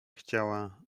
chciała